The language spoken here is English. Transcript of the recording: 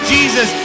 Jesus